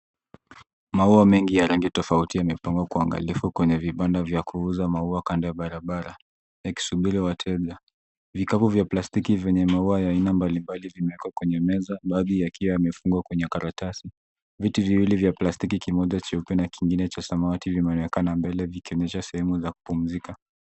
Mua mengi ya rangi tofauti yamepangwa kwa uangalifu kwenye vibanda vya kuuza maua kando ya barabara yakisubiri wateja. Vikapu vya plastiki vyenye maua ya aina mbali mbali kwenye meza baadhi yakiwa yamefungwa kwenye karatasi. Viti viwili vya plastiki kimoja cheupe na kingine cha samawati vimewekwa na mbele vikionyesha sehemu za kupumzika.